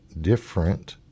different